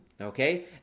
okay